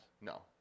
No